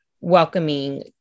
welcoming